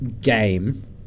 game